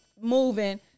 moving